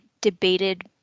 debated